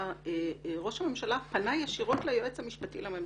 ראש הממשלה פנה ישירות ליועץ המשפטי לממשלה,